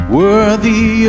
worthy